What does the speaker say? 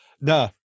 no